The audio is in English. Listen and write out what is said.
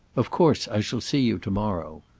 of course i shall see you tomorrow.